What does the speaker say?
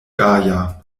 gaja